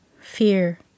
Fear